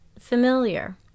familiar